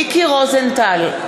מיקי רוזנטל,